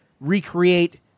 recreate